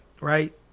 right